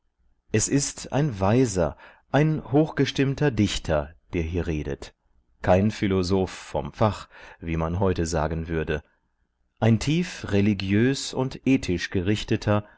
es ist ein weiser ein hochgestimmter dichter der hier redet kein philosoph von fach wie man heute sagen würde ein tief religiös und ethisch gerichteter